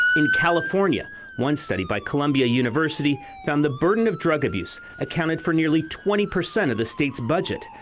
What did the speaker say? in california one study by, columbia university found the burden of drug abuse accounted for nearly twenty percent of the state's budget.